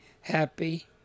happy